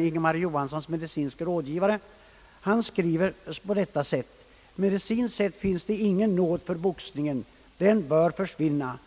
Ingemar Johanssons medicinske rådgivare, skriver på detta sätt: »Medicinskt sett finns det ingen nåd för boxningen. Den bör försvinna.